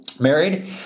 Married